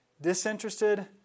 disinterested